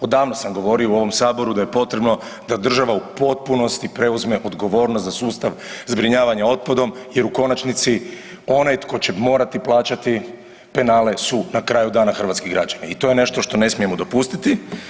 Odavno sam govorio u ovom saboru da je potrebno da država u potpunosti preuzme odgovornost za sustav zbrinjavanja otpadom jer u konačnici onaj tko će morati plaćati penale su na kraju dana hrvatski građani i to je nešto što ne smijemo dopustiti.